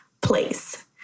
place